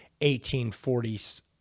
1840s